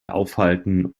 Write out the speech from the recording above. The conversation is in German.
aufhalten